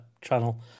channel